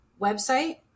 website